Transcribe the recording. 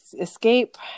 escape